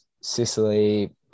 Sicily